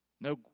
No